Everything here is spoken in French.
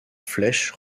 flèche